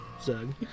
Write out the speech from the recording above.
Zug